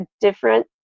different